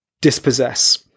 dispossess